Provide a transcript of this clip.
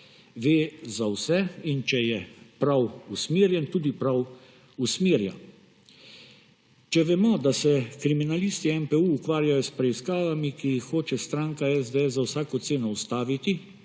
ve za vse in če je prav usmerjen, tudi prav usmerja. Če vemo, da se kriminalisti NPU ukvarjajo s preiskavami, ki jih hoče stranka SDS za vsako ceno ustaviti,